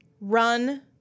Run